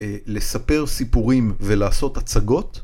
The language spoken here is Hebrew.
לספר סיפורים ולעשות הצגות.